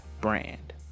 brand